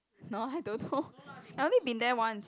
no I don't know I only been there once